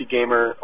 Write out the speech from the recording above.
Gamer